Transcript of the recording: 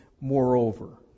moreover